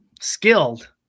skilled